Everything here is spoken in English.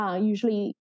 Usually